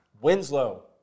Winslow